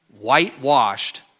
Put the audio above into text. Whitewashed